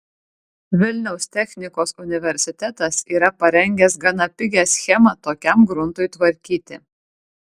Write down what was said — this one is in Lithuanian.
vilniaus technikos universitetas yra parengęs gana pigią schemą tokiam gruntui tvarkyti